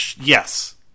Yes